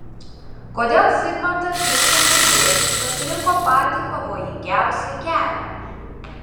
kodėl zigmantas liuksemburgietis pasirinko patį pavojingiausią kelią